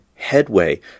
headway